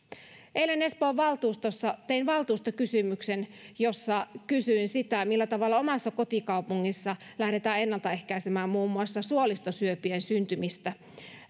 eilen espoon valtuustossa tein valtuustokysymyksen jossa kysyin sitä millä tavalla omassa kotikaupungissani lähdetään ennalta ehkäisemään muun muassa suolistosyöpien syntymistä